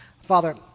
Father